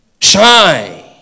shine